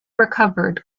recovered